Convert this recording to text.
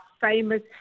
famous